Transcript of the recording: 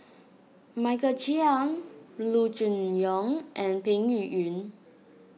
Michael Chiang Loo Choon Yong and Peng Yuyun